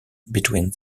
between